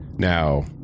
now